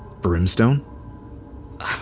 Brimstone